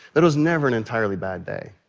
but it was never an entirely bad day.